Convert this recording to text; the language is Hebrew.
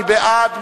מי בעד?